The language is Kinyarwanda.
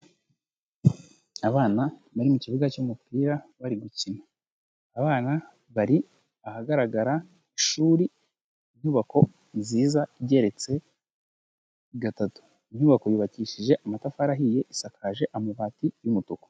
Abana bari mu kibuga cy'umupira bari gukina, abana bari ahagaragara ishuri, inyubako nziza igeretse gatatu, iyo nyubako yubakishije amatafari ahiye isakaje amabati y'umutuku.